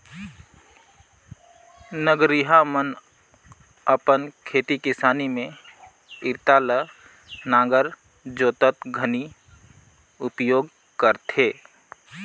नगरिहा मन अपन खेती किसानी मे इरता ल नांगर जोतत घनी उपियोग करथे